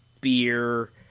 beer